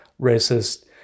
racist